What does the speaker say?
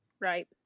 Right